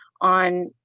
on